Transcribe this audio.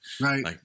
Right